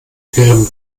ihrem